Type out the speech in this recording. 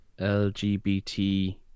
LGBT